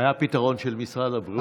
היה פתרון של משרד הבריאות.